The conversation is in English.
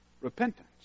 repentance